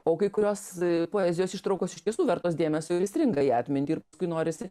o kai kurios poezijos ištraukos iš tiesų vertos dėmesio ir įstringa į atmintį ir kai norisi